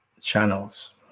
channels